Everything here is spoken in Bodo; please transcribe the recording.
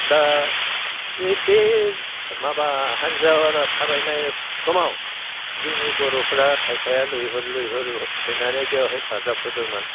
दा बे माबा हानजा थाबायनाय समाव जोंनि बर'फोरा खायफाया लैहोर लैहोर फैनानै बेयाव हेफाजाब होदोंमोन